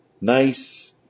nice